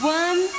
one